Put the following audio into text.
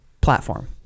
platform